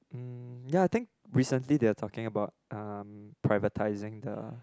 mm ya I think recently they are talking about privatising the